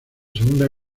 segunda